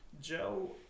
Joe